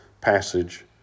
passage